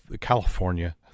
California